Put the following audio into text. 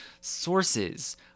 sources